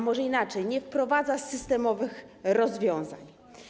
Może inaczej: nie wprowadza systemowych rozwiązań.